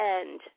end